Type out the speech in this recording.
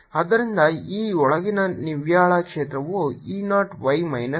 ಆದ್ದರಿಂದ E ಒಳಗಿನ ನಿವ್ವಳ ಕ್ಷೇತ್ರವು E 0 y minus p over 2 epsilon 0 y ಆಗಿರುತ್ತದೆ